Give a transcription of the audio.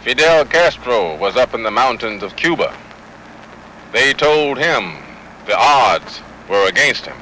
fidel castro was up in the mountains of cuba they told him the odds were against him